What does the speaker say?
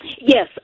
Yes